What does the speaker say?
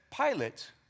Pilate